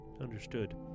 Understood